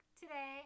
today